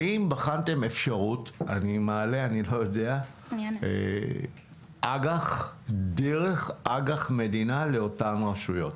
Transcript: האם בחנתם אפשרות של הנפקת אג"ח דרך אג"ח מדינה לאותן הרשויות,